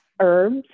herbs